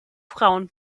frauen